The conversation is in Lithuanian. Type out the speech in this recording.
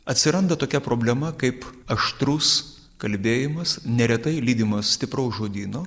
atsiranda tokia problema kaip aštrus kalbėjimas neretai lydimas stipraus žodyno